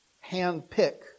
hand-pick